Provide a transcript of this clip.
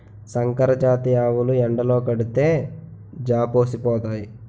సంకరజాతి ఆవులు ఎండలో కడితే జాపోసిపోతాయి